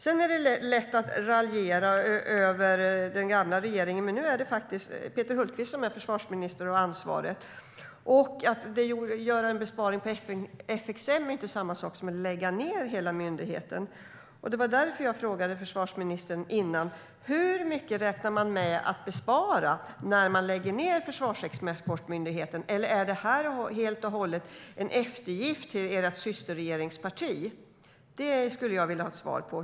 Det är lätt att raljera över den gamla regeringen, men nu är det faktiskt Peter Hultqvist som är försvarsminister och som har ansvaret. Att göra en besparing på FXM är inte samma sak som att lägga ned hela myndigheten. Det var därför jag frågade försvarsministern: Hur mycket räknar man med att spara när man lägger ned Försvarsexportmyndigheten? Eller är det här helt och hållet en eftergift till ert systerregeringsparti? Det skulle jag vilja ha ett svar på.